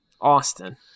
Austin